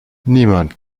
niemand